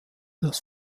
das